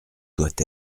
doit